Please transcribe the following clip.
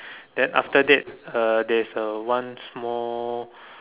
then after that uh there is a one small